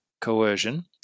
coercion